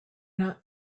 not